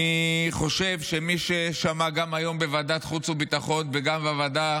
אני חושב שמי ששמע היום גם בוועדת החוץ והביטחון וגם בוועדה